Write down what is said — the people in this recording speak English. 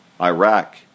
Iraq